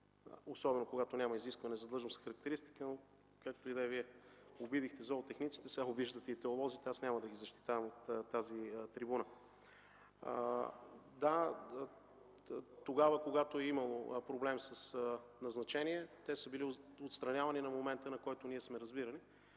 особено когато няма изискване в длъжностната характеристика. Както и да е, Вие обидихте зоотехниците, сега обиждате и теолозите. Аз няма да ги защитавам от тази трибуна. Да, когато е имало проблеми с назначения, те са били отстранявани на момента, в който сме разбирали.